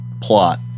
plot